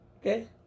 Okay